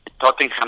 Tottenham